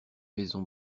maison